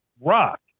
rock